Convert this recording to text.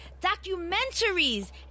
Documentaries